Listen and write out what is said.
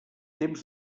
temps